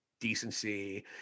decency